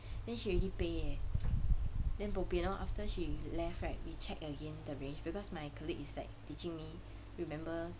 then she already pay eh then bopian lor after she left right we check again the range because my colleage is like teaching me remember